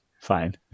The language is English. fine